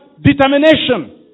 determination